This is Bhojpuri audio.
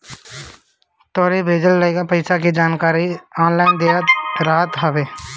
तोहरो भेजल पईसा के जानकारी ऑनलाइन देहल रहत हवे